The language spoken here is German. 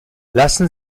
lassen